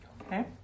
Okay